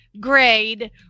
grade